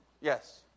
yes